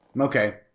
Okay